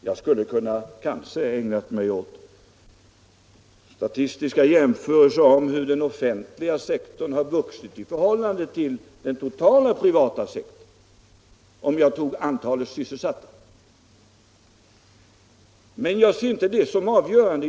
Jag skulle kanske ha kunnat ägna mig åt statistiska jämförelser i fråga om hur den offentliga sektorn har vuxit i förhållande till den totala privata sektorn med hänsyn till antalet sysselsatta, men jag ser inte det som något avgörande.